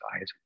eyes